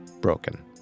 broken